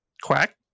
quack